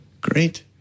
Great